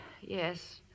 Yes